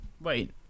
Wait